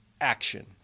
action